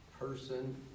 person